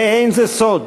ואין זה סוד